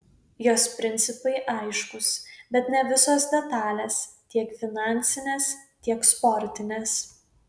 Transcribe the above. jos principai aiškūs bet ne visos detalės tiek finansinės tiek sportinės